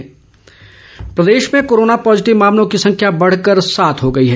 corona Hamirpur प्रदेश में corona positive मामलों की संख्या बढ़कर सात हो गई है